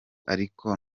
ariko